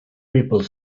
people